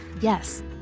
yes